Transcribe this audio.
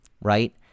right